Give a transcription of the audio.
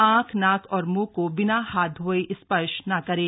आंख नाक और मुंह को बिना हाथ धोये स्पर्श न करें